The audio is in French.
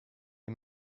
est